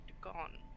gone